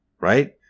right